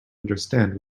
understand